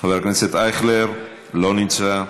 חבר הכנסת אייכלר, לא נמצא,